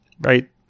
Right